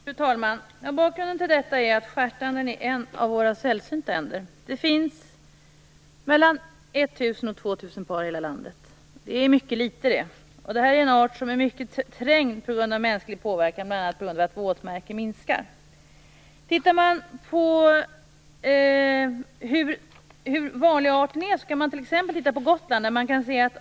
Herr talman! Bakgrunden till detta är att stjärtanden är en av våra sällsynta änder. Det finns mellan 1 000 och 2 000 par i hela landet. Det är mycket litet. Det är en art som är mycket trängd på grund av mänsklig påverkan. bl.a. genom att våtmarkerna minskar. För att se hur vanlig arten är kan man t.ex. titta på Gotland.